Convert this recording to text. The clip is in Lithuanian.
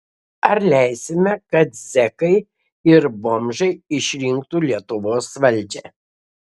ar leisime kad zekai ir bomžai išrinktų lietuvos valdžią